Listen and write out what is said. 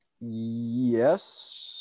Yes